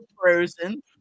frozen